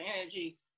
energy